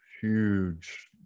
huge